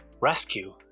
rescue